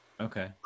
Okay